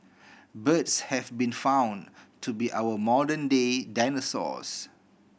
birds have been found to be our modern day dinosaurs